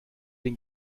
den